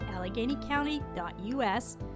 AlleghenyCounty.us